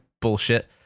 bullshit